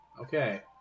Okay